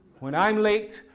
when i'm late,